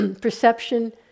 Perception